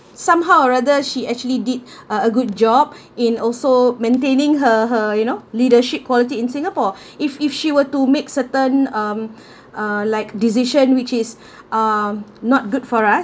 somehow or rather she actually did uh a good job in also maintaining her her you know leadership quality in singapore if if she were to make certain um uh like decision which is um not good for us